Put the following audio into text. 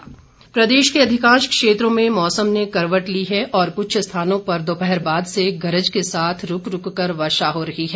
मौसम प्रदेश के अधिकांश क्षेत्रों में मौसम ने करवट ली है और क्छ स्थानों पर दोपहर बाद से गरज के साथ रूक रूक कर वर्षा हो रही है